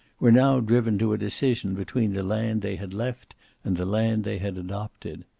were now driven to a decision between the land they had left and the land they had adopted.